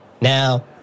Now